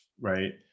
right